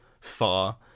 far